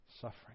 suffering